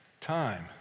time